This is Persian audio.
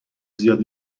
زیاد